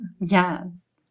Yes